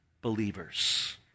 believers